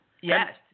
Yes